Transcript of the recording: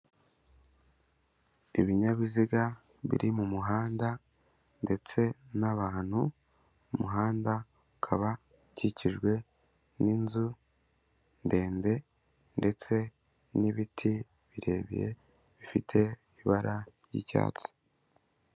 Ibinyabiziga biri mu muhanda ndetse n'abantu, umuhanda ukaba ukikijwe n'inzu ndende ndetse n'ibiti birebire bifite ibara ry'icyatsi.